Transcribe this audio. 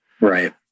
right